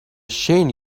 shane